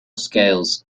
scales